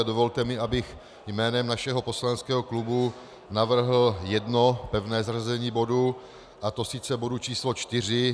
Dovolte mi, abych jménem našeho poslaneckého klubu navrhl jedno pevné zařazení bodu, a to bodu 4.